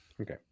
Okay